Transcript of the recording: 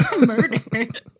murdered